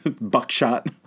Buckshot